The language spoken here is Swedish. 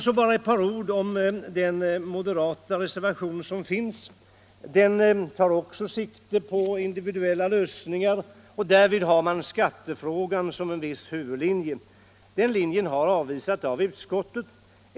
Så bara ett par ord om den moderatreservation som också tar sikte på individuella lösningar och som har skattefrågan som något av en huvudlinje. Den linjen har avvisats av utskottet.